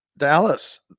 Dallas